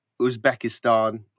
Uzbekistan